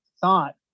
thought